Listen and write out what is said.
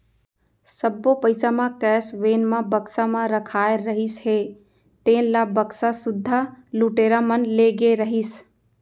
सब्बो पइसा म कैस वेन म बक्सा म रखाए रहिस हे तेन ल बक्सा सुद्धा लुटेरा मन ले गे रहिस